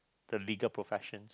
the legal profession